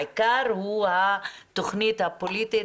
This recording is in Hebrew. העיקר הוא התוכנית הפוליטית,